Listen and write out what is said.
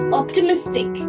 optimistic